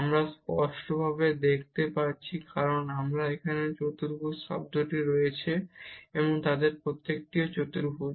আমরা স্পষ্টভাবে দেখতে পাচ্ছি কারণ আমাদের এখানে এই চতুর্ভুজ টার্মটি রয়েছে এবং তাদের প্রত্যেকটিও চতুর্ভুজ